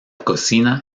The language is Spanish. cocina